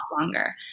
longer